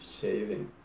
Shaving